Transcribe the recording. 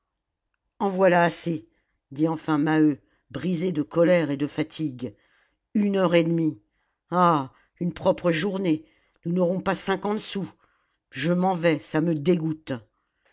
en voilà assez dit enfin maheu brisé de colère et de fatigue une heure et demie ah une propre journée nous n'aurons pas cinquante sous je m'en vais ça me dégoûte